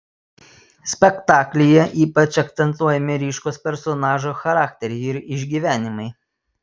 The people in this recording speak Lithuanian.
spektaklyje ypač akcentuojami ryškūs personažų charakteriai ir išgyvenimai